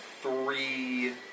three